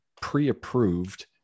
pre-approved